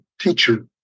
teacher